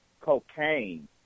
cocaine